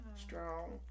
Strong